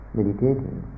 meditating